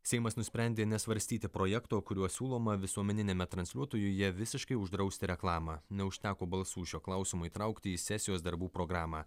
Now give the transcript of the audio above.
seimas nusprendė nesvarstyti projekto kuriuo siūloma visuomeniniame transliuotojuje visiškai uždrausti reklamą neužteko balsų šio klausimo įtraukti į sesijos darbų programą